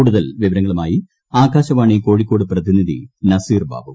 കൂടുതൽ വിവരങ്ങളുമായി ആകാശവാണി കോഴിക്കോട് പ്രതിനിധി നസീർ ബാബു